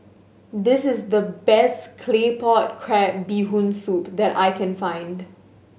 this is the best Claypot Crab Bee Hoon Soup that I can find